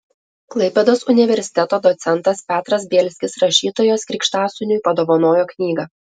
klaipėdos universiteto docentas petras bielskis rašytojos krikštasūniui padovanojo knygą